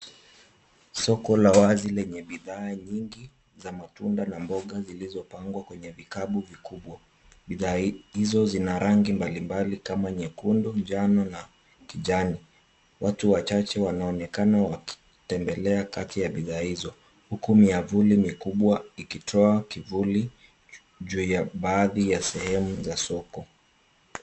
Soko la wazi lenye bidhaa nyingi za matunda na mboga zilizopangwa kwenye vikapu vikubwa. Bidhaa hizo zina rangi mbalimbali kama nyekundu, njano na kijani. Watu wachache wanaonekana wakitembelea kati ya bidhaa hizo huku miavuli mikubwa ikitoa kivuli, juu ya baadhi ya sehemu za soko.